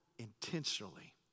intentionally